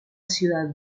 ciudad